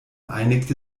einigte